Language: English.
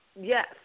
Yes